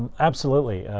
absolutely.